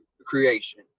creation